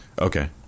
Okay